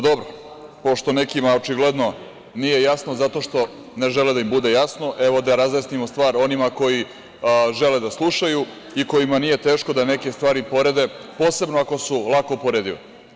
Dobro, pošto nekima očigledno nije jasno zato što ne žele da im bude jasno, evo da razjasnimo stvar, onima koji žele da slušaju i kojima nije teško da neke stvari porede, posebno ako su lako uporedive.